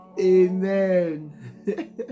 amen